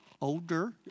Older